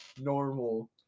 normal